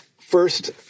first